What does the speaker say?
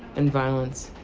and violence,